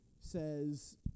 says